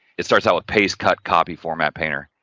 it starts out with paste, cut, copy, format painter.